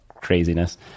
craziness